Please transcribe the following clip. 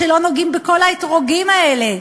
כשלא נוגעים בכל האתרוגים האלה,